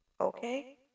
Okay